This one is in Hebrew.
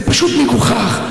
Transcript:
זה פשוט מגוחך.